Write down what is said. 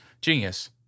genius